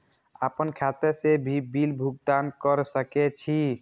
आपन खाता से भी बिल भुगतान कर सके छी?